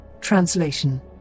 Translation